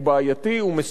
הוא מסוכן,